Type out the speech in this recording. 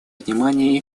внимания